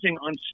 on